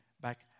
back